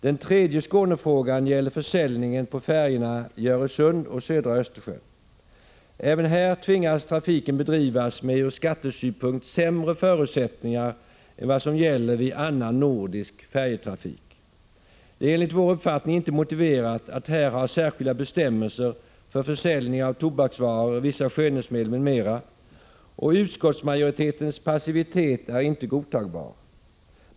Den tredje Skånefrågan gäller försäljningen på färjorna i Öresund och södra Östersjön. Även här tvingas man bedriva trafiken med ur skattesynpunkt sämre förutsättningar än vad som gäller vid annan nordisk färjetrafik. Det är enligt vår uppfattning inte motiverat att här ha särskilda bestämmelser för försäljning av tobaksvaror, vissa skönhetsmedel m.m., och utskottsmajoritetens passivitet är inte godtagbar.